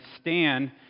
stand